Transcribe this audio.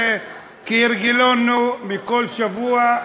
כהרגלנו בכל שבוע,